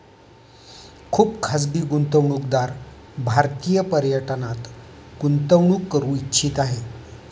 खुप खाजगी गुंतवणूकदार भारतीय पर्यटनात गुंतवणूक करू इच्छित आहे